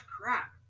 crap